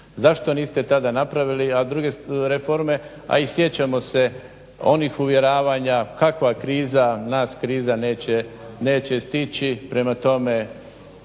Zašto niste tada napravili druge reforme, a i sjećamo se onih uvjeravanja kakva kriza. Nas kriza neće stići. Prema tome,